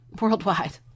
worldwide